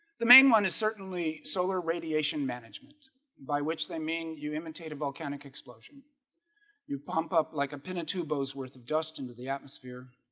the main one is certainly solar radiation management by which they mean you imitate a volcanic explosion you pump up like a pinatubo z worth of dust into the atmosphere